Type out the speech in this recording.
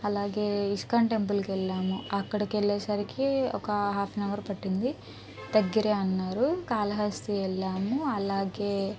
అలాగే ఇస్కాన్ టెంపుల్కెళ్ళాము అక్కడికెళ్ళేసరికి ఒకా హాఫ్ ఎన్ అవర్ పట్టింది దగ్గరే అన్నారు కాలహస్తి వెళ్ళాము అలాగే